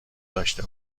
داشته